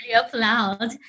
applaud